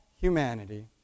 humanity